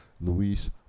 Luis